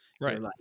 Right